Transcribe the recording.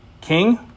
King